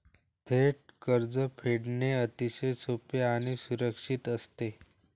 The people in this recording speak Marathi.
थेट कर्ज फेडणे अतिशय सोपे आणि सुरक्षित असते